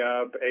up